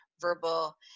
verbal